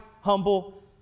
humble